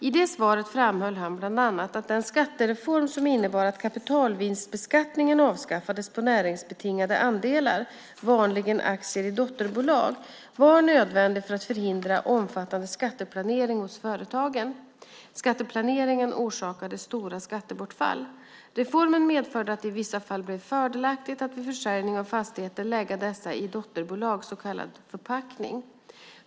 I det svaret framhöll han bland annat att den skattereform som innebar att kapitalvinstbeskattningen avskaffades på näringsbetingande andelar, vanligen aktier i dotterbolag, var nödvändig för att förhindra omfattande skatteplanering hos företagen. Skatteplaneringen orsakade stora skattebortfall. Reformen medförde att det i vissa fall blev fördelaktigt att vid försäljning av fastigheter lägga dessa i dotterbolag, så kallad förpackning.